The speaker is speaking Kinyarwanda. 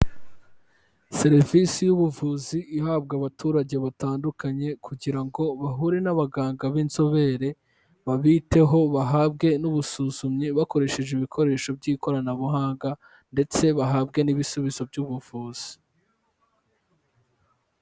Serivisi y'ubuvuzi ihabwa abaturage batandukanye kugira ngo bahure n'abaganga b'inzobere, babiteho bahabwe n'ubusuzumyi, bakoresheje ibikoresho by'ikoranabuhanga ndetse bahabwe n'ibisubizo by'ubuvuzi.